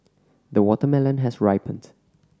the watermelon has ripened